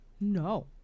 No